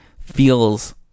feels